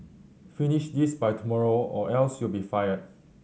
finish this by tomorrow or else you'll be fired